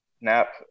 nap